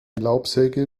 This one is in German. laubsäge